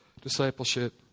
discipleship